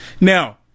Now